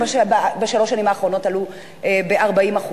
שבשלוש השנים האחרונות מחיריהם עלו ב-40%.